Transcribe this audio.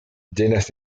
llenas